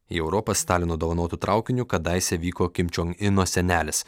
į europą stalino dovanotu traukiniu kadaise vyko kim čion ino senelis